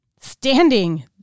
standing